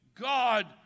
God